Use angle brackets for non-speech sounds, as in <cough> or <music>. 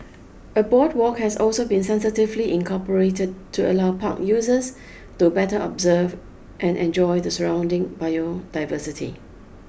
a boardwalk has also been sensitively incorporated to allow park users <noise> to better observe and enjoy the surrounding biodiversity